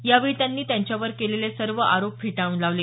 यावेळी त्यांनी त्यांच्यावर केलेले सर्व आरोप फेटाळून लावले